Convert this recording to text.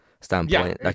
standpoint